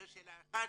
זו שאלה אחת.